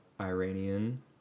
Iranian